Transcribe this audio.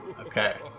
Okay